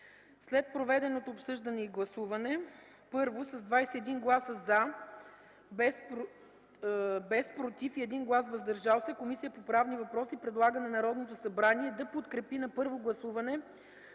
След проведеното обсъждане и гласуване: 1. С 21 гласа „за”, без „против” и 1 глас „въздържал се”, Комисията по правни въпроси предлага на Народното събрание да подкрепи на първо гласуване